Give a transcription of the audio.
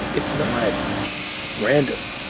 it's not random.